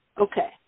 Okay